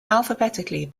alphabetically